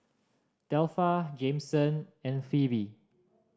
Delpha Jameson and Phoebe